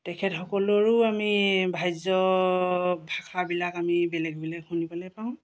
তেখেতসকলৰো আমি ভাজ্য ভাষাবিলাক আমি বেলেগ বেলেগ শুনিবলৈ পাওঁ